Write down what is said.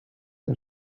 que